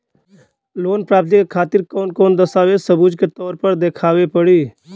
Loan प्राप्ति के खातिर कौन कौन दस्तावेज सबूत के तौर पर देखावे परी?